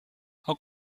how